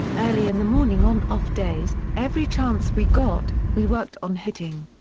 early in the morning on off-days, every chance we got, we worked on hitting.